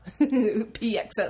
PXS